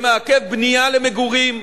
שמעכב בנייה למגורים,